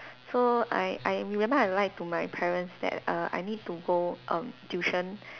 so I I remember I lied to my parents that err I need to go (um)tuition